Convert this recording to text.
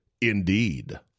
Indeed